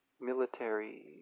military